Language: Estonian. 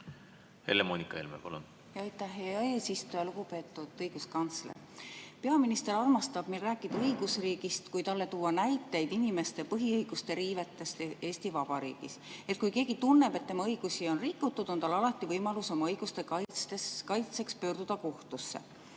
Helle-Moonika Helme, palun! Aitäh, hea eesistuja! Lugupeetud õiguskantsler! Peaminister armastab meil rääkida õigusriigist, kui talle tuua näiteid inimeste põhiõiguste riivest Eesti Vabariigis. Et kui keegi tunneb, et tema õigusi on rikutud, on tal alati võimalus oma õiguste kaitseks pöörduda kohtusse.